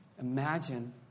Imagine